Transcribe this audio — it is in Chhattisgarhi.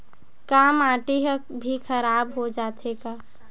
का माटी ह भी खराब हो जाथे का?